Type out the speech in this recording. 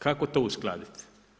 Kako to uskladiti?